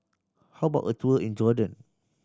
how about a tour in Jordan